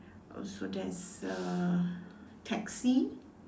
also there is a taxi